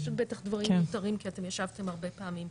יש בטח דברים מיותרים כי אתם ישבתם הרבה פעמים.